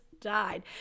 died